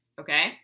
okay